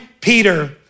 Peter